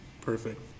Perfect